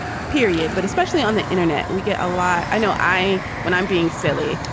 period. but especially on the internet, we get a lot. i know i when i'm being silly,